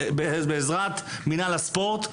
בעזרת מינהל הספורט,